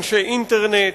אנשי אינטרנט,